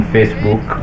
Facebook